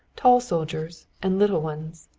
tall soldiers and little ones,